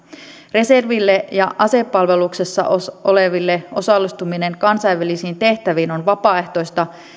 reserville ja asepalveluksessa oleville osallistuminen kansainvälisiin tehtäviin on vapaaehtoista